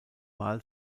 mal